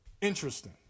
Interesting